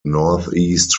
northeast